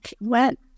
went